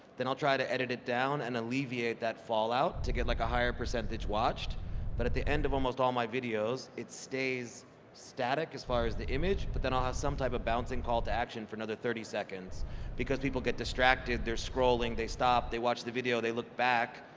then i'll try to edit it down and alleviate that fall out, to get like a higher percentage watched but at the end of almost all my videos it stays static, as far as the image, but then i'll have some type of bouncing call to action for another thirty seconds because people get distracted, they're scrolling, they stop, they watch the video, they look back.